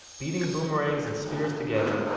beating boomerangs and spears together,